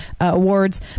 awards